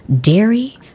dairy